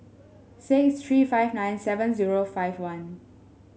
six three five nine seven zero five one